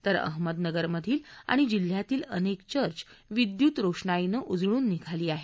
तर अहमदनगरमधील आणि जिल्ह्यातील अनेक चर्च विद्युत रोषणाईनं उजळून निघाली आहेत